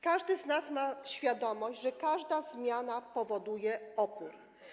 Każdy z nas ma świadomość, że każda zmiana powoduje opór.